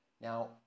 Now